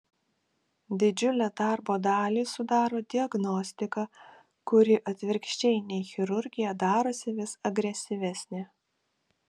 didžiulę darbo dalį sudaro diagnostika kuri atvirkščiai nei chirurgija darosi vis agresyvesnė